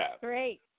Great